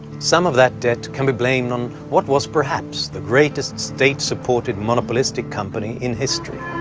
some of that debt can be blamed on what was perhaps, the greatest state supported monopolistic company in history.